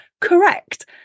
correct